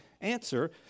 answer